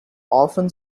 often